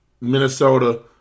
Minnesota